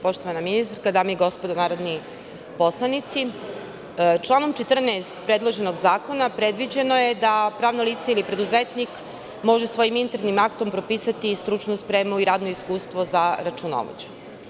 Poštovana ministarka, dame i gospodo narodni poslanici, članom 14. predloženog zakona predviđeno je da pravno lice ili preduzetnik može svojim internim aktom propisati i stručnu spremu i radno iskustvo za računovođu.